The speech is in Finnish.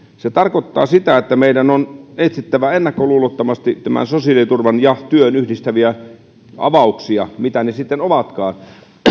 se tarkoittaa sitä että meidän on etsittävä ennakkoluulottomasti sosiaaliturvan ja työn yhdistäviä avauksia mitä ne sitten ovatkaan